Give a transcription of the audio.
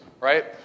right